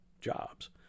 jobs